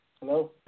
Hello